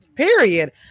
Period